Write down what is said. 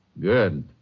Good